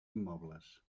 immobles